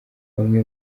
bamwe